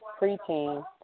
preteen